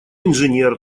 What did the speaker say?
инженер